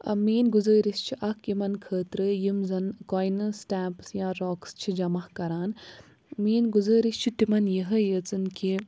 میٛٲنۍ گُزٲرِش چھِ اَکھ یِمَن خٲطرٕ یِم زَن کوینٕز سٕٹٮ۪مپٕس یا راکٕس چھِ جمع کران میٛٲنۍ گُزٲرِش چھِ تِمَن یِہوٚے یٲژَن کہِ